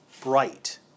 bright